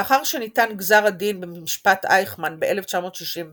לאחר שניתן גזר הדין במשפט אייכמן ב-1961,